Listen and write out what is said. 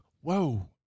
Whoa